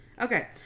Okay